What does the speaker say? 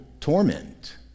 torment